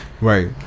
right